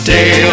Day